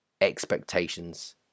expectations